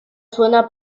suena